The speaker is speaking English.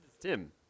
Tim